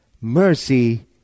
mercy